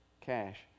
Cash